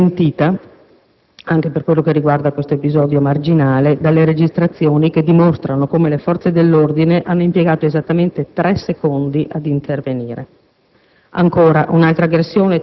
sua denuncia è stata smentita, anche per quanto riguarda questo episodio marginale, dalle registrazioni che dimostrano come le forze dell'ordine abbiano impiegato esattamente tre secondi a intervenire.